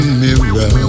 mirror